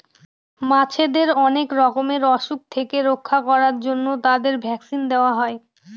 মাছেদের অনেক রকমের অসুখ থেকে রক্ষা করার জন্য তাদের ভ্যাকসিন দেওয়া হয়